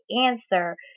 answer